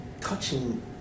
touching